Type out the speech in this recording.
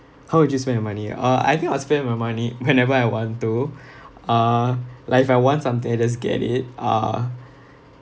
how would you spend your money uh I think I'll spend my money whenever I want to uh like if I want something I just get it uh